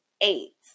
eight